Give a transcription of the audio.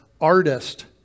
artist